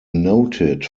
noted